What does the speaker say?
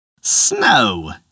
Snow